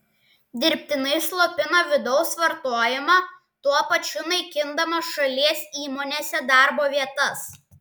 dirbtinai slopina vidaus vartojimą tuo pačiu naikindama šalies įmonėse darbo vietas